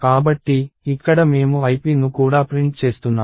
కాబట్టి ఇక్కడ మేము ip ను కూడా ప్రింట్ చేస్తున్నాము